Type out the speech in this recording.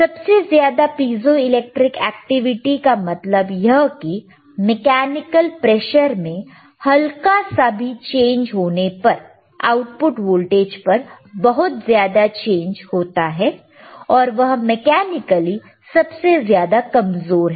सबसे ज्यादा piezo electric activity का मतलब यह की मैकेनिकल प्रेशर में हल्का सा भी चेंज होने पर आउटपुट वोल्टेज पर बहुत ज्यादा चेंज होता है पर वह मेकैनिकली सबसे ज्यादा कमजोर है